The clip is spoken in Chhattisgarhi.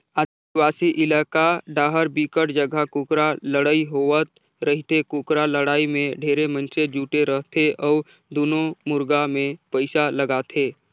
आदिवासी इलाका डाहर बिकट जघा कुकरा लड़ई होवत रहिथे, कुकरा लड़ाई में ढेरे मइनसे जुटे रथे अउ दूनों मुरगा मे पइसा लगाथे